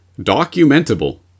documentable